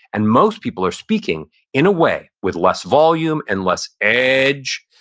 and most people are speaking in a way with less volume and less edge.